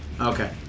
Okay